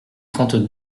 trente